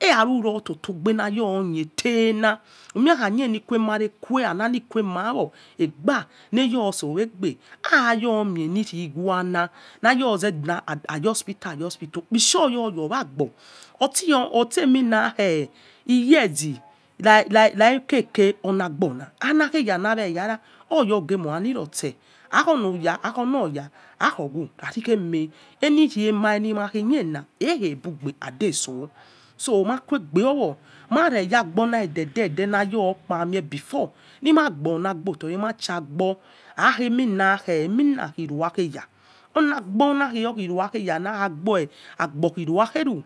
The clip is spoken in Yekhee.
Iya rukho toto gbe na yo khe tena aukhe likpe mare que anani quama or wo egba aiyomelirighe ha ayo hospital ayo hospital okpis hai oyo wagbo orsemino iyear na keke. Olaghe yona yare, akholoya akhoghue. Aile oinage ui makhe ma eghe bube and dey soh. So mai quebe yowo mare yele agbo mai de'de before wi ma bailagbo ontore masha agbo aiyo emina kheaiwa geh ya, aigbo luwa yona naro aigbo urulagheru.